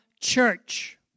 church